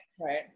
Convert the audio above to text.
Right